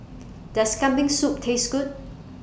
Does Kambing Soup Taste Good